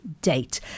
date